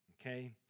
Okay